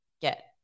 get